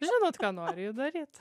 žinot ką nori ir daryt